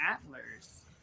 antlers